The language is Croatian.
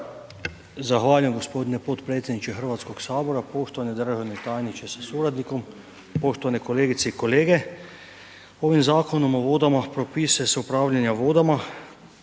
Zahvaljujem g. potpredsjedniče Hrvatskog sabora, poštovani državni tajniče sa suradnikom, poštovane kolegice i kolege. Ovim Zakonom o vodama propisuje se upravljanje vodama